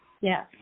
Yes